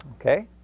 Okay